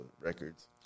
records